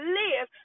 live